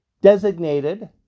designated